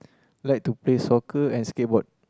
like to play soccer and skateboard